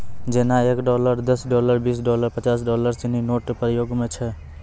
जेना एक डॉलर दस डॉलर बीस डॉलर पचास डॉलर सिनी नोट प्रयोग म छै